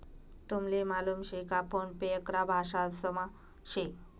तुमले मालूम शे का फोन पे अकरा भाषांसमा शे